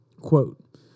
Quote